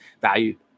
value